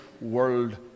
world